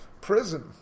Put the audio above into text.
prison